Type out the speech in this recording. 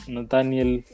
Nathaniel